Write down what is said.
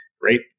great